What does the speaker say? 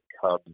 Cubs